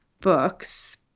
books